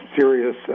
serious